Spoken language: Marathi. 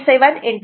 7 4